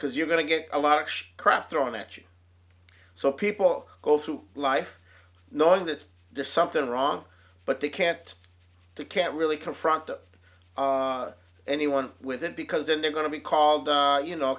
because you're going to get a lot of crap thrown at you so people go through life knowing that this something wrong but they can't can't really confront anyone with it because then they're going to be called you know